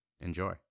Enjoy